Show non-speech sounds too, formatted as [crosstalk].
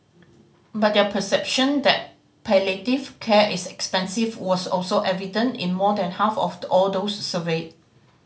but their perception that palliative care is expensive was also evident in more than half of [unintelligible] all those surveyed